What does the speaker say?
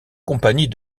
compagnie